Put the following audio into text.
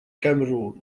cameroun